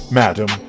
madam